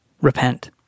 repent